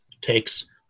takes